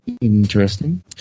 Interesting